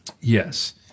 Yes